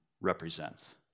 represents